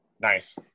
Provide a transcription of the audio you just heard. Nice